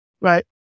right